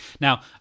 Now